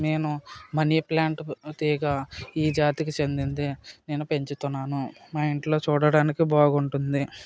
నేను money plant తీగ ఈ జాతికి చెందిందే నేను పెంచుతున్నాను మా ఇంట్లో చూడడానికి బాగుంటుంది